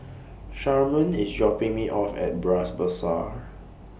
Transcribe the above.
Sharman IS dropping Me off At Bras Basah